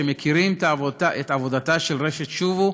שמכיר את עבודתה של רשת "שובו",